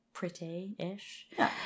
Pretty-ish